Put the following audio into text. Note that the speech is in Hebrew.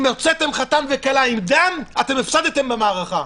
אם הוצאתם חתן וכלה עם דם, אתם הפסדתם במערכה.